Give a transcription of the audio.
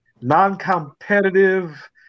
Non-competitive